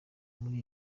muri